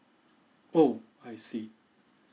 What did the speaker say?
oh I see